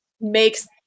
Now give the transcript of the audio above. makes